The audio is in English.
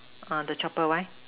uh the chopper why